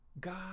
God